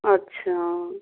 अच्छा